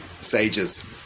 sages